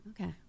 Okay